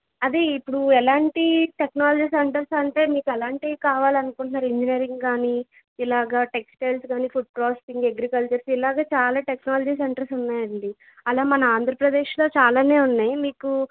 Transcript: అదే ఇప్పుడు ఎలాంటి టెక్నాలజీ సెంటర్స్ అంటే మీకెలాంటి కావాలనుకుంటున్నారు ఇంజనీరింగ్ కాని ఇలాగా టెక్స్టైల్స్ కాని ఫుడ్ ప్రాసెసింగ్ అగ్రికల్చర్ ఇలాగ చాలా టెక్నాలజీ సెంటర్స్ ఉన్నాయండి అలా మన ఆంధ్రప్రదేశ్లో చాలానే ఉన్నాయి మీకు